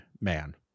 man